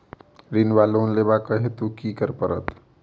ऋण वा लोन लेबाक हेतु की करऽ पड़त?